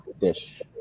dish